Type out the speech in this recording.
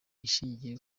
ishingiye